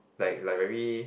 like like very